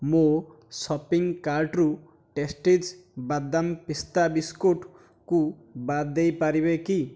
ମୋ' ସପିଂକାର୍ଟ୍ରୁ ଟେଷ୍ଟିଜ୍ ବାଦାମ ପିସ୍ତା ବିସ୍କୁଟ୍ସକୁ ବାଦ ଦେଇପାରିବେ କି